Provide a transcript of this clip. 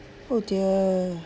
oh dear